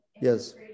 Yes